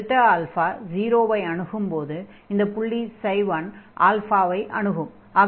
Δ 0 ஐ அணுகும்போது அந்தப் புள்ளி 1 ஐ அணுகும்